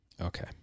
Okay